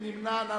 מי נמנע?